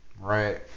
Right